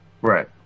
Right